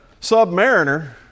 submariner